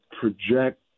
project